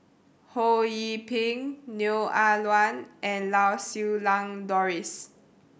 Ho Yee Ping Neo Ah Luan and Lau Siew Lang Doris